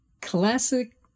classic